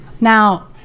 Now